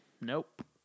Nope